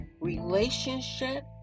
relationship